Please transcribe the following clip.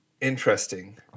interesting